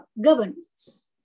governance